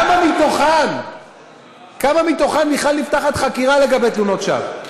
בכמה מהן בכלל נפתחת חקירה לגבי תלונות שווא?